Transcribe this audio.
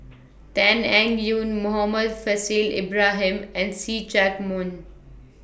Tan Eng Yoon Muhammad Faishal Ibrahim and See Chak Mun